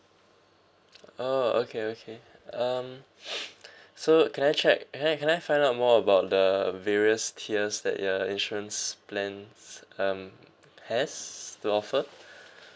oh okay okay um so can I check can I can I find out more about the various tiers that your insurance plans um has to offer